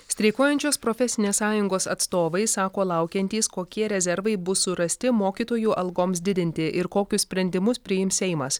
streikuojančios profesinės sąjungos atstovai sako laukiantys kokie rezervai bus surasti mokytojų algoms didinti ir kokius sprendimus priims seimas